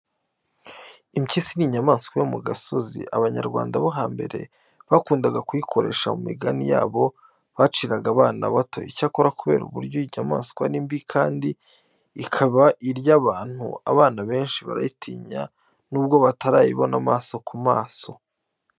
Impyisi ni inyamaswa yo ku gasozi, Abanyarwanda bo hambere bakundaga kuyikoresha mu migani yabo baciraga abana bato. Icyakora kubera uburyo iyi nyamaswa ari mbi kandi ikaba irya abantu, abana benshi barayitinya nubwo batarayibona amaso ku maso.